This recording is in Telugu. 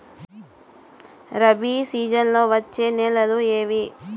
రబి సీజన్లలో వచ్చే నెలలు ఏవి?